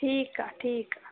ठीकु आहे ठीकु आहे